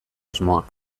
asmoa